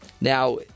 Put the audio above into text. Now